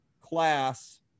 Class